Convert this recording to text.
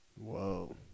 Whoa